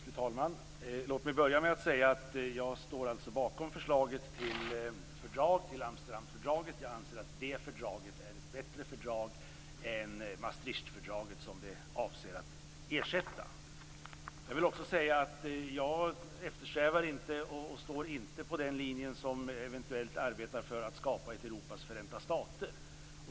Fru talman! Låt mig börja med att säga att jag står bakom förslaget till Amsterdamfördraget. Jag anser att det fördraget är ett bättre fördrag än Maastrichtfördraget som det avser att ersätta. Jag vill också säga att jag inte står bakom den linje som eventuellt arbetar för att skapa ett Europas förenta stater.